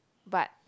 but